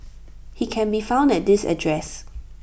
he can be found at this address